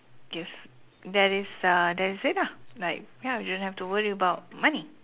I guess that is uh that is it lah like ya you don't have to worry about money